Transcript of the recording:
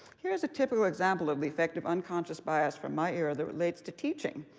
here's a typical example of the effect of unconscious bias from my era that relates to teaching.